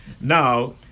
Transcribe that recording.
Now